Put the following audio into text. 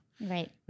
Right